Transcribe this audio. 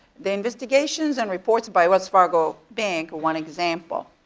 the investigations and reports by wells fargo bank, one example.